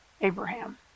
Abraham